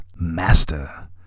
Master